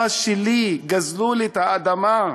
האדמה שלי, גזלו לי את האדמה.